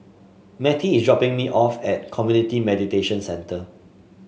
Mattie is dropping me off at Community Mediation Centre